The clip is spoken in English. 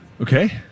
Okay